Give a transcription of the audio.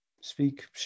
Speak